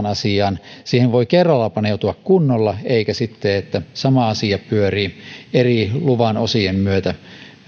asiaan voi kerralla paneutua kunnolla eikä niin että sama asia pyörii eri luvan osien myötä